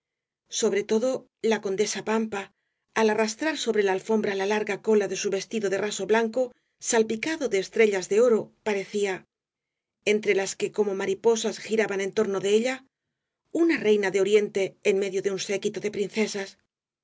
sobre todo la condesa pampa al arrastrar sobre la alfombra la larga cola de su vestido de raso blanco salpicado de estrellas de oro parecía entre las que como mariposas giraban en torno de ella una reina de oriente en medio de un séquito de princesas